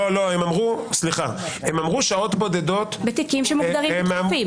הם אמרו שעות בודדות --- בתיקים שמוגדרים דחופים.